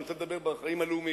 אני רוצה לדבר על החיים הלאומיים,